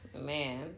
man